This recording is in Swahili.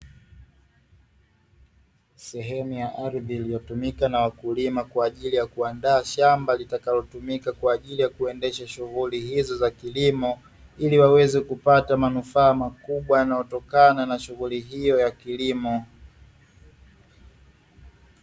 Sehemu ya ardhi iliyotumika na wakulima kwa ajili ya kuandaa shamba, litakalotumika kwa ajili ya kuendesha shughuli hizo za kilimo, ili waweze kupata manufaa makubwa yanayotokana na shughuli hiyo ya kilimo.